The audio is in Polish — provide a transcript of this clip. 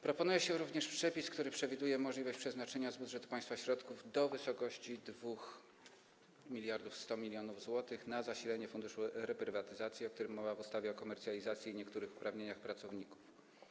Proponuje się również przepis, który przewiduje możliwość przeznaczenia z budżetu państwa środków do wysokości 2100 mln zł na zasilenie Funduszu Reprywatyzacji, o którym mowa w ustawie o komercjalizacji i niektórych uprawnieniach pracowników.